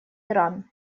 иран